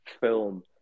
film